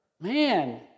Man